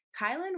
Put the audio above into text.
thailand